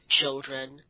children